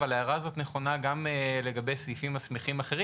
אבל היא נכונה גם לגבי סעיפים מסמיכים אחרים,